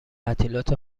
تعطیلات